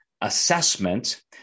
assessment